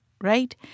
right